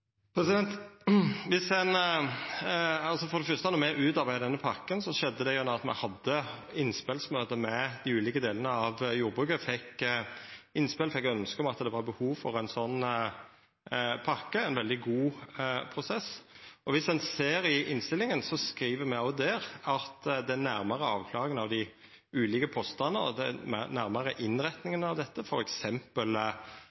For det første, då me utarbeidde denne pakken, skjedde det gjennom at me hadde innspelsmøte med dei ulike delane av jordbruket, fekk innspel og fekk ønske om ei slik pakke. Det var ein veldig god prosess, og dersom ein ser i tilrådinga, skriv me òg der at den nærmare avklaringa av dei ulike postane og den nærmare innretninga av dette, f.eks. når det